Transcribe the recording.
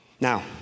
Now